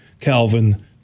Calvin